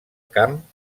camp